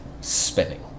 spinning